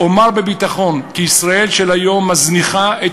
"אומר בביטחון כי ישראל היום מזניחה את